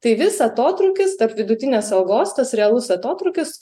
tai vis atotrūkis tarp vidutinės algos tas realus atotrūkis